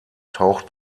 taucht